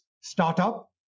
startup